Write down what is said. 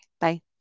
bye